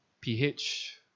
pH